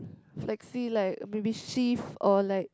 flexi like maybe shift or like